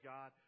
God